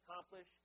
accomplish